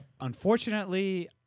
Unfortunately